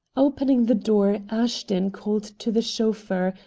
opening the door ashton called to the chauffeur,